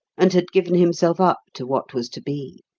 and had given himself up to what was to be.